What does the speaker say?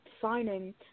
signing